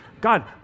God